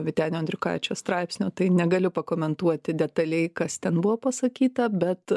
vytenio andriukaičio straipsnio tai negaliu pakomentuoti detaliai kas ten buvo pasakyta bet